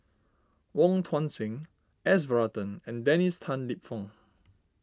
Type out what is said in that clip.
Wong Tuang Seng S Varathan and Dennis Tan Lip Fong